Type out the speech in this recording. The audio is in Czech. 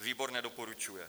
Výbor nedoporučuje.